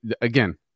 again